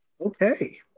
Okay